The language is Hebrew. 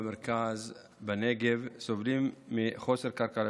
במרכז ובנגב סובלים מחוסר קרקע לבנייה,